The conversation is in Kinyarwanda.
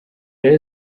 rayon